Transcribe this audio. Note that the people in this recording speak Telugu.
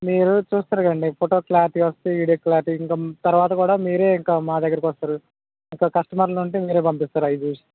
మీరు చూస్తారు కదండి ఫోటో క్లారిటీ వస్తే వీడియో క్లారిటీ ఇంకా తర్వాత కూడా మీరే ఇంకా మా దగ్గరికి వస్తారు ఇంకా కస్టమర్లు ఉంటే మీరే పంపిస్తారు అవి చూసి